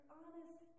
honest